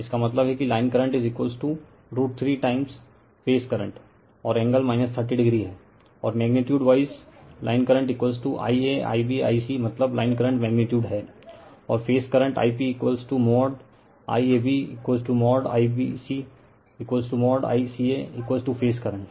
इसका मतलब है कि line current 3 time phase current और एंगल 30o है और magnitude wise line current IaIb Ic मतलब लाइन करंट मैग्नीटयूड हैं और फेज करंट Ip मोड़ IABमोड़ IBCमोड़ ICA फेज करंट